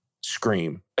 scream